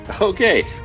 Okay